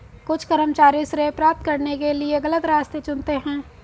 कुछ कर्मचारी श्रेय प्राप्त करने के लिए गलत रास्ते चुनते हैं